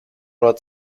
oder